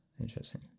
interesting